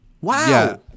Wow